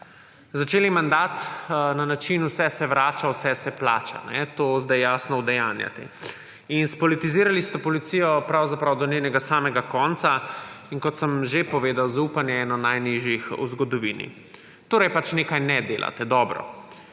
lepa. ‒ na način, da vse se vrača, vse se plača. To sedaj jasno udejanjate in spolitizirali ste policijo pravzaprav do njenega samega konca. Kot sem že povedal, zaupanje je eno najnižji v zgodovini. Torej pač nekaj ne delate dobro.